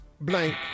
blank